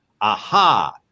Aha